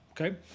Okay